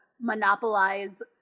monopolize